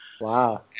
Wow